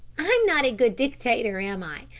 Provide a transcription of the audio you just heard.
i'm not a good dictator, am i?